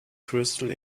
crystal